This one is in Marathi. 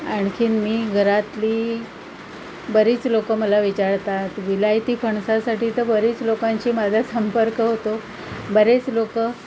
आणखी मी घरातली बरीच लोक मला विचारतात विलायती फणसासाठी तर बरीच लोकांशी माझा संपर्क होतो बरेच लोक